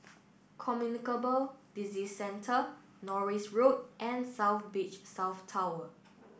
Communicable Disease Centre Norris Road and South Beach South Tower